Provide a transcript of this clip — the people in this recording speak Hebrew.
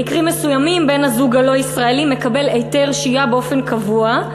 במקרים מסוימים בן-הזוג הלא-ישראלי מקבל היתר שהייה באופן קבוע,